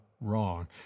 wrong